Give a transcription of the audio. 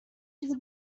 چیز